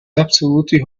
absolutely